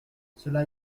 cela